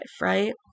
right